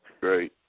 Great